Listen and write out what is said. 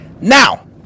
Now